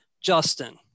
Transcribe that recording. Justin